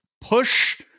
push